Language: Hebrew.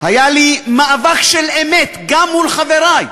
היה לי מאבק של אמת, גם מול חברי.